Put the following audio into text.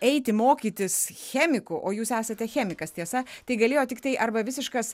eiti mokytis chemiku o jūs esate chemikas tiesa tai galėjo tiktai arba visiškas